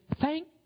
thank